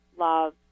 Love